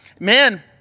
Men